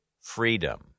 freedom